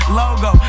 logo